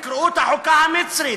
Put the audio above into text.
תקראו את החוקה המצרית,